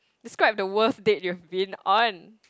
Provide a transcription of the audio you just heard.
describe the worst date you've been on